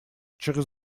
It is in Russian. через